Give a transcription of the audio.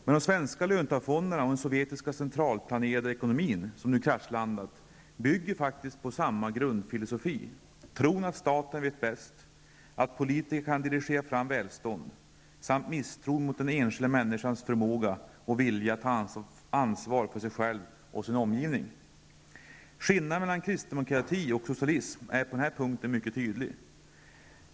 Men de svenska löntagarfonderna och den sovjetiska centralplanerade ekonomin, som nu kraschlandat, bygger faktiskt på samma grundfilosofi. Det är tron på att staten vet bäst, att politiker kan dirigera fram välstånd och misstron mot den enskilda människans förmåga och vilja att ta ansvar för sig själv och sin omgivning. Skillnaden mellan kristdemokrati och socialism är på den här punkten mycket tydlig.